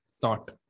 thought